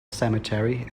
cemetery